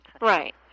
Right